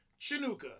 Chinooka